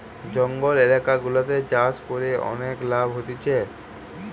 জঙ্গল এলাকা গুলাতে চাষ করে অনেক লাভ হতিছে